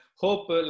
hope